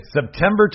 September